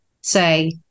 say